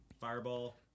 Fireball